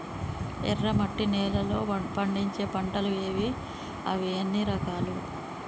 ఎర్రమట్టి నేలలో పండించే పంటలు ఏవి? అవి ఎన్ని రకాలు?